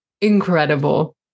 incredible